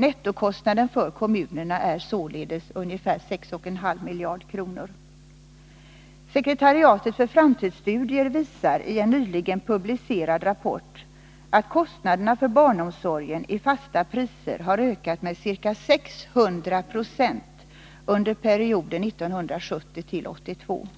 Nettokostnaden för kommunerna är således ungefär 6,5 miljarder kronor. Sekretariatet för framtidsstudier visar i en nyligen publicerad rapport att kostnaderna för barnomsorgen i fasta priser har ökat med ca 600 96 under perioden 1970-1982.